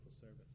service